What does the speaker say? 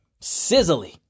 Sizzling